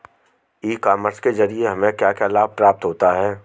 ई commerce के ज़रिए हमें क्या क्या लाभ प्राप्त होता है?